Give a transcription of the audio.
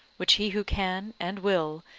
which he who can, and will,